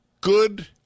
good